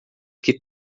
que